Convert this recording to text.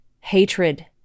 hatred